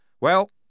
Well